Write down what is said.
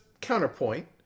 counterpoint